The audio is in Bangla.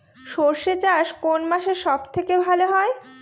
সর্ষে চাষ কোন মাসে সব থেকে ভালো হয়?